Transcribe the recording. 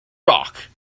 rock